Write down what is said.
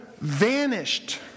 vanished